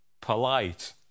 polite